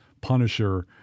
punisher